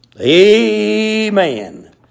Amen